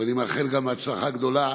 ואני מאחל הצלחה גדולה